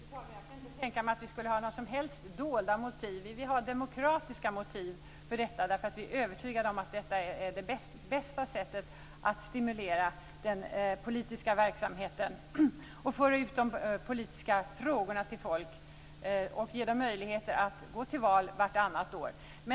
Fru talman! Jag kan inte tänka mig att vi har några som helst dolda motiv. Vi har däremot demokratiska motiv för detta därför att vi är övertygade om att det här är bästa sättet att stimulera den politiska verksamheten. Det handlar alltså om att föra ut de politiska frågorna till folk och att ge folk möjligheter att gå till val vartannat år.